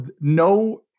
no